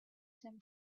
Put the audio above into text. them